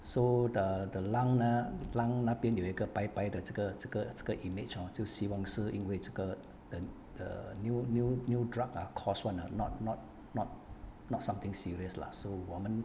so the the lung 呢 lung 那边有一个白白的的这个这个这个 image hor 就希望是因为这个 the the new new new drug ah cause [one] ah not not not something serious lah so 我们